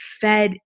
fed